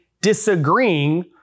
disagreeing